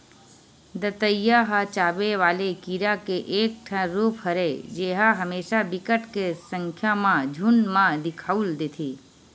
दतइया ह चाबे वाले कीरा के एक ठन रुप हरय जेहा हमेसा बिकट के संख्या म झुंठ म दिखउल देथे